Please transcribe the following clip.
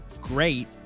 great